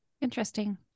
interesting